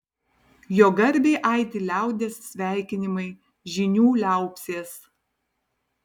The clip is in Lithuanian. jo garbei aidi liaudies sveikinimai žynių liaupsės